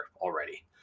already